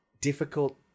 difficult